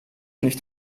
nicht